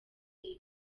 iyi